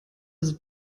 sind